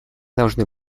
должны